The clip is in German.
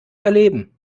erleben